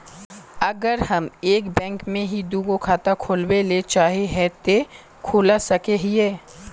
अगर हम एक बैंक में ही दुगो खाता खोलबे ले चाहे है ते खोला सके हिये?